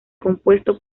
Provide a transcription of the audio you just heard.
compuesto